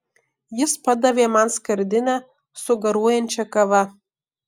jis padavė man skardinę su garuojančia kava